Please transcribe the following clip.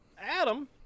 Adam